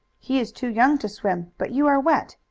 he is too young to swim. but you are wet,